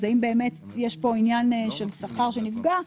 האם יש פה עניין של שכר שנפגע?